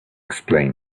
explain